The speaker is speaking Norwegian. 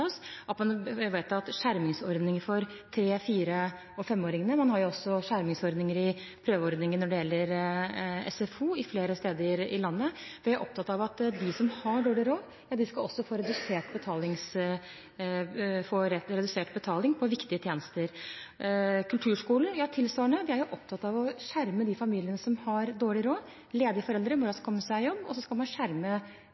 har vedtatt skjermingsordninger for tre-, fire- og femåringene. Man har også prøveordninger når det gjelder SFO flere steder i landet. Vi er opptatt av at de som har dårlig råd, skal få redusert betaling på viktige tjenester. Kulturskolen: Ja, tilsvarende – vi er opptatt av å skjerme de familiene som har dårlig råd. Ledige foreldre må